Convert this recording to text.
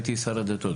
הייתי שר הדתות,